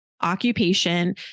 occupation